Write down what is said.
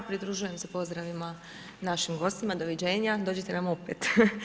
Pridružujem se pozdravima našim gostima, doviđenja, dođite nam opet.